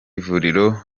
ivuriro